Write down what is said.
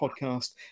podcast